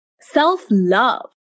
self-love